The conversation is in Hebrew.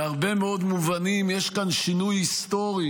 בהרבה מאוד מובנים יש כאן שינוי היסטורי